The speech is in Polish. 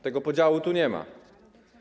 Tego podziału tu nie ma.